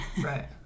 Right